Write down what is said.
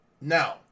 Now